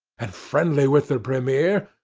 and friendly with the premier,